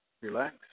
Relax